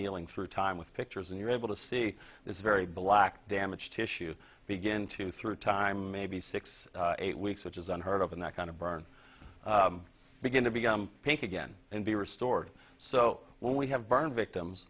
healing through time with pictures and you're able to see this very black damaged tissue begin to through time maybe six eight weeks which is unheard of in that kind of burn begin to become pink again and be restored so when we have burn victims